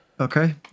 Okay